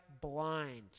blind